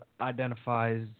identifies